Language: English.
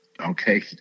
okay